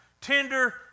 tender